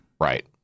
Right